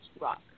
rock